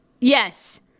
Yes